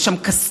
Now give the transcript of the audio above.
יש שם כסת"ח,